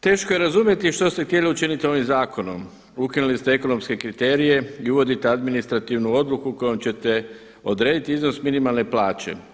Teško je razumjeti što ste htjeli učiniti ovim zakonom, ukinuli ste ekonomske kriterije i uvodite administrativnu odluku kojom ćete odrediti iznos minimalne plaće.